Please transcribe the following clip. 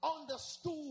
understood